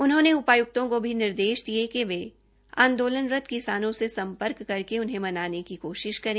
उन्होंने उपायुक्तों को भी निर्देश दिए कि वे आंदोलनरत किसानों से संपर्क करके उन्हें मनाने की कोशिश करें